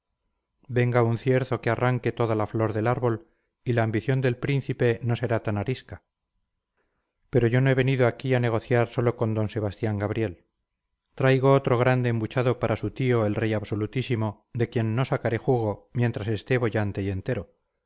venga un cierzo que arranque toda la flor del árbol y la ambición del príncipe no será tan arisca pero yo no he venido aquí a negociar sólo con d sebastián gabriel traigo otro grande embuchado para su tío el rey absolutísimo de quien no sacaré jugo mientras esté boyante y entero